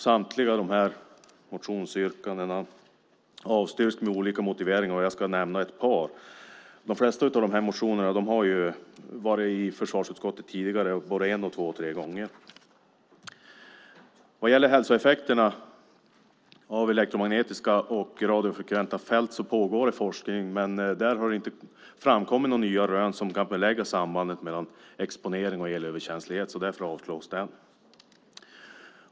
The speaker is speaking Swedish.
Samtliga motionsyrkanden avstyrks med olika motiveringar. Jag ska nämna ett par. De flesta motioner har varit i försvarsutskottet tidigare, både en, två och tre gånger. Vad det gäller hälsoeffekterna av elektromagnetiska och radiofrekventa fält pågår det forskning, men där har det inte framkommit några nya rön som kan belägga sambandet mellan exponering och elöverkänslighet. Därför avslås den.